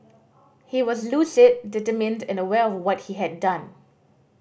he was lucid determined and aware of what he had done